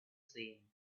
same